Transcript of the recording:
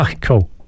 cool